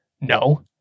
No